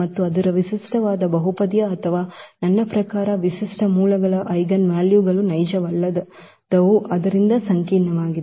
ಮತ್ತು ಅದರ ವಿಶಿಷ್ಟವಾದ ಬಹುಪದೀಯ ಅಥವಾ ನನ್ನ ಪ್ರಕಾರ ವಿಶಿಷ್ಟ ಮೂಲಗಳು ಐಜೆನ್ವಾಲ್ಯೂಗಳು ನೈಜವಲ್ಲದವು ಆದ್ದರಿಂದ ಸಂಕೀರ್ಣವಾಗಿದೆ